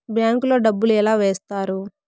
bank లో డబ్బులు ఎలా వేస్తారు